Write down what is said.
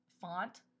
font